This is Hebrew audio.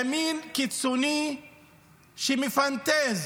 ימין קיצוני שמפנטז